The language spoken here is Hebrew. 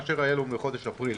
מאשר היו לנו בחודש אפריל,